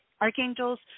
archangels